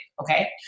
okay